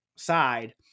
side